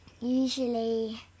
usually